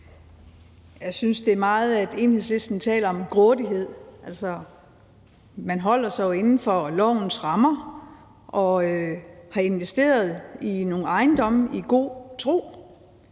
Jeg synes, at Enhedslisten taler meget om grådighed. Altså, man holder sig jo inden for lovens rammer og har investeret i nogle ejendomme i god tro.